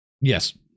Yes